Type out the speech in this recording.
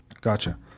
Gotcha